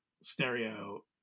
stereo